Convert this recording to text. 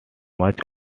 much